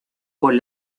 con